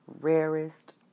rarest